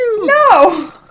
No